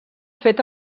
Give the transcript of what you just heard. fet